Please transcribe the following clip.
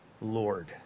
Lord